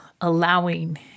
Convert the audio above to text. allowing